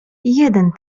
jeden